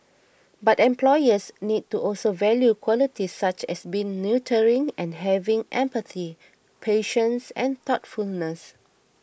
but employers need to also value qualities such as being nurturing and having empathy patience and thoughtfulness